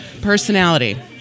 personality